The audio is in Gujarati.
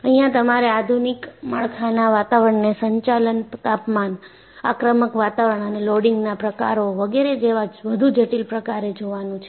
અહિયાં તમારે આધુનિક માળખાના વાતાવરણને સંચાલન તાપમાન આક્રમક વાતાવરણ અને લોડિંગના પ્રકારો વગેરે જેવા વધુ જટિલ પ્રકારે જોવાનું છે